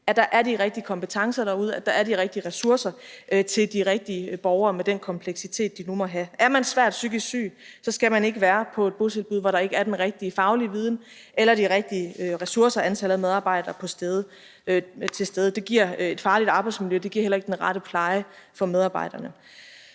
at der er de rigtige kompetencer derude, at der er de rigtige ressourcer til de rigtige borgere med den kompleksitet, de nu måtte have. Er man svært psykisk syg, skal man ikke være på et botilbud, hvor der ikke er den rigtige faglige viden eller de rigtige ressourcer, altså antal af medarbejdere til stede; det giver et farligt arbejdsmiljø, og det giver heller ikke den rette pleje for medarbejderne.